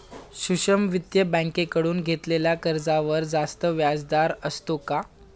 सूक्ष्म वित्तीय बँकेकडून घेतलेल्या कर्जावर जास्त व्याजदर असतो का?